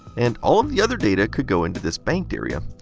and all of the other data could go into this banked area.